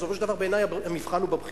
בסופו של דבר, בעיני המבחן הוא בבחירות.